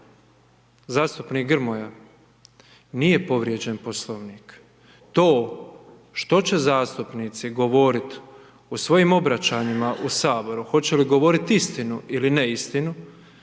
zastupnik Grmoja, nije povrijeđen Poslovnik, to što će zastupnici govoriti u svojim obraćanjima u Saboru, hoće li govoriti istinu ili neistinu,